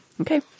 Okay